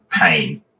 pain